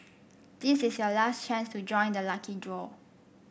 this is your last chance to join the lucky draw